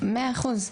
מאה אחוז,